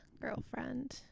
girlfriend